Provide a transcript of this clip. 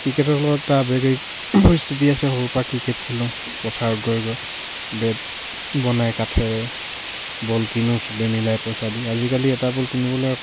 ক্ৰিকেটৰ লগত এটা আৱেগিক পৰিস্থিতি আছে সৰুৰ পৰা ক্ৰিকেট খেলোঁ পথাৰত গৈ গৈ বেট বনাই কাঠেৰে বল কিনো চবে মিলাই পইচা দি আজিকালি এটা বল কিনিবলৈ